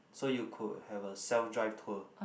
so you could have a self drive tour